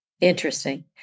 Interesting